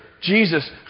Jesus